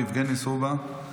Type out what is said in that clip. יבגני סובה,